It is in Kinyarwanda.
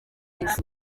neza